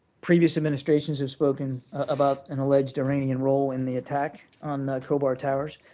previous administrations have spoken about an alleged iranian role in the attack on khobar towers,